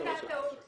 זו הייתה טעות.